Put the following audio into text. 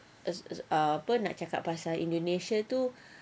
is is a nak cakap pasal indonesia tu